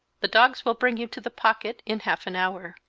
the dogs will bring you to the pocket in half an hour.